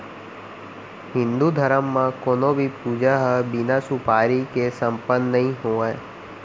हिन्दू धरम म कोनों भी पूजा ह बिना सुपारी के सम्पन्न नइ होवय